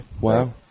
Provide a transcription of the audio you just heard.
Wow